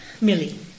Millie